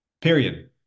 Period